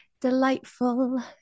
delightful